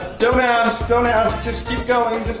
don't ask. don't ask. just keep going.